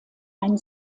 einen